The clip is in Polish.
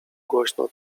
głośno